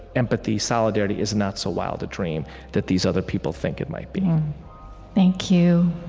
empathy, solidarity, is not so wild a dream that these other people think it might be thank you,